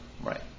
Right